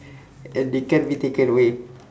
and they can be taken away